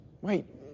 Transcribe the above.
Wait